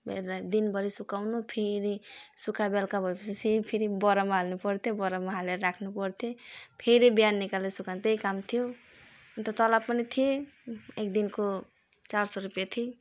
दिनभरि सुकाउनु फेरि सुकाए बेलुका भएपछि चाहिँ फेरि बोरामा हाल्नुपर्थ्यो बोरामा हालेर राख्नुपर्थ्यो फेरि बिहान निकालेर सुकाउनु त्यही काम थियो अनि त तलब पनि थियो एक दिनको चार सय रुपियाँ थियो